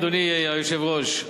אדוני היושב-ראש,